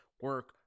Work